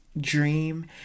dream